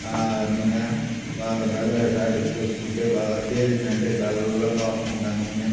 నూనె బాగా బెల్లమేసి ఆడిచ్చుకొచ్చుకుంటే బాగా తేరిందంటే తెల్లగా వస్తుందా నూనె